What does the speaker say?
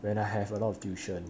when I have a lot of tuition